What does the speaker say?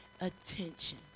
attention